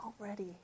already